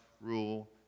rule